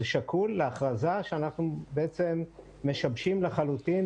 זה שקול להכרזה שאנחנו משבשים לחלוטין